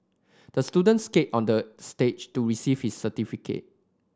the student skated on the stage to receive his certificate